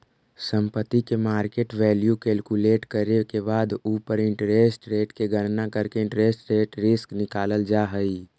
संपत्ति के market value calculate करे के बाद उ पर इंटरेस्ट रेट के गणना करके इंटरेस्ट रेट रिस्क निकालल जा हई